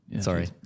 Sorry